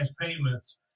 payments